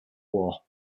war